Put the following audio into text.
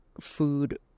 food